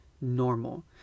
normal